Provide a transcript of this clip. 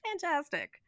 fantastic